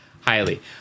highly